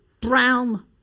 brown